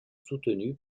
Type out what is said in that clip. soutenues